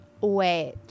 wait